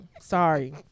Sorry